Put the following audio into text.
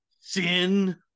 Sin